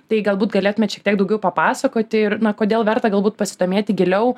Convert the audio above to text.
tai galbūt galėtumėt šiek tiek daugiau papasakoti ir na kodėl verta galbūt pasidomėti giliau